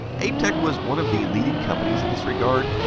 aiptek was one of the leading companies in this regard.